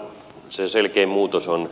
oikeastaan se selkein muutos on